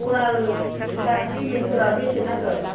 वाल इटा सिमेन्टफोरा बेसे नांगोन